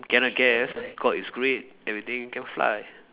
ya I guess cause it's great everything can fly